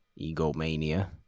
egomania